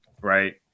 right